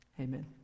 Amen